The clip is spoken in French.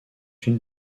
une